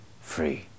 free